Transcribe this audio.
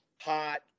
Hot